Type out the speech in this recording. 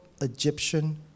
Egyptian